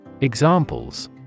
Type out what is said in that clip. Examples